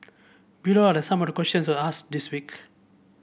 below are the some of the questions I asked this week